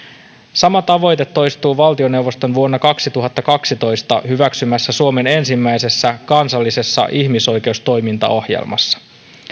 sama tavoite toistuu valtioneuvoston vuonna kaksituhattakaksitoista hyväksymässä suomen ensimmäisessä kansallisessa ihmisoikeustoimintaohjelmassa